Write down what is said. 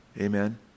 Amen